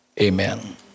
Amen